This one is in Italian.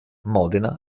modena